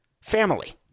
family